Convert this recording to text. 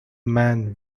man